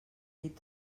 llit